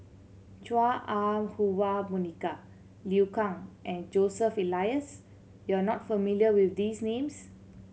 Chua Ah Huwa Monica Liu Kang and Joseph Elias you are not familiar with these names